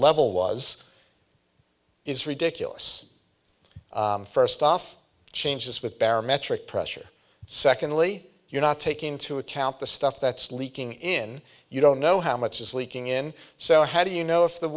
level was is ridiculous first off changes with barometric pressure secondly you're not taking into account the stuff that's leaking in you don't know how much is leaking in so how do you know if the